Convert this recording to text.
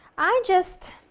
i just,